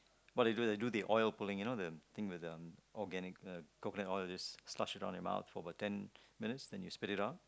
what do they do they do the oil pulling you know the thing with um organic uh coconut oil you just slush it all in your mouth for about ten minutes then you spit it out